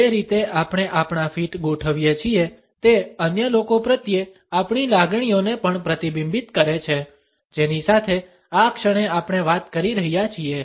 જે રીતે આપણે આપણા ફીટ ગોઠવીએ છીએ તે અન્ય લોકો પ્રત્યે આપણી લાગણીઓને પણ પ્રતિબિંબિત કરે છે જેની સાથે આ ક્ષણે આપણે વાત કરી રહ્યા છીએ